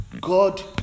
God